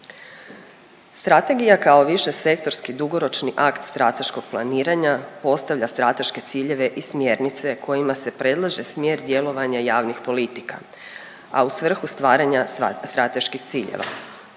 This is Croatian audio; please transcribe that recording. Strategija kao višesektorski dugoročni akt strateškog planiranja postavlja strateške ciljeve i smjernice kojima se predlaže smjer djelovanja javnih politika, a u svrhu stvaranja strateških ciljeva.